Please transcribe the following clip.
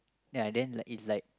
ya then like it like